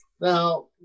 Now